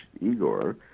Igor